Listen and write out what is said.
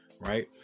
right